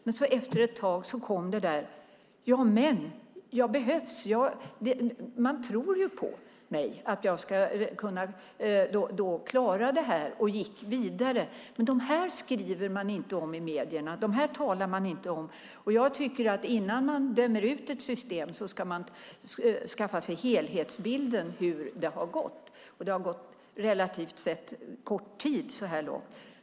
Men efter ett tag kom det: Jag behövs, man tror ju på mig. De gick vidare. Men det skriver man inte om i medierna, och de talar man inte om. Innan man dömer ut ett system ska man skaffa sig en helhetsbild av hur det har gått. Det har gått relativt kort tid så här långt.